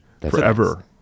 forever